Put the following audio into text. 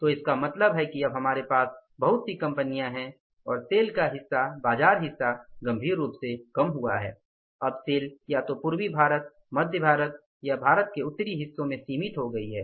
तो इसका मतलब है कि अब हमारे पास बहुत सी कंपनियां हैं और सेल का बाजार हिस्सा गंभीर रूप से कम हुआ है अब सेल या तो पूर्वी बाजार मध्य भारत या भारत के उत्तरी हिस्से में सीमित हो गई है